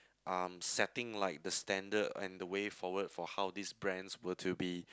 um setting like the standard and the way forward for how these brands were to be